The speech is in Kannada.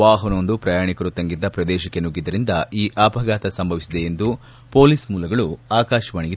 ವಾಹನವೊಂದು ಪ್ರಯಾಣಿಕರು ತಂಗಿದ್ದ ಪ್ರದೇಶಕ್ಕೆ ಸುಗ್ಗಿದ್ದರಿಂದ ಈ ಅಪಘಾತ ಸಂಭವಿಸಿದೆ ಎಂದು ಪೊಲೀಸ್ ಮೂಲಗಳು ಆಕಾಶವಾಣಿಗೆ ತಿಳಿಸಿದೆ